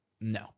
No